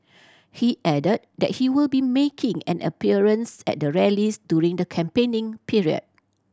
he added that he will be making an appearance at their rallies during the campaigning period